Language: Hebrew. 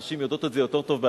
הנשים יודעות את זה יותר טוב,